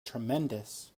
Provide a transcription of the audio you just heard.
tremendous